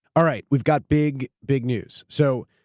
all right, we've got big, big news. so